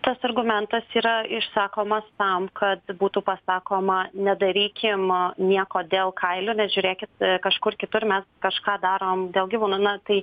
tas argumentas yra išsakomas tam kad būtų pasakoma nedarykim nieko dėl kailio nes žiūrėkit kažkur kitur mes kažką darom dėl gyvūnų na tai